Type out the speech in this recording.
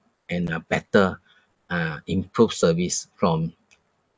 and uh better uh improved service from